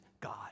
God